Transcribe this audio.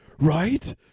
right